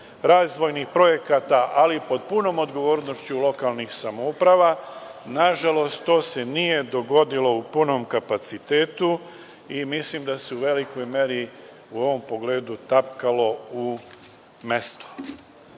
razvojnih projekata, ali pod punom odgovornošću lokalnih samouprava, nažalost to se nije dogodilo u punom kapacitetu. Mislim da se u velikoj meri u ovom pogledu tapkalo u mestu. Sa